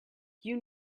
you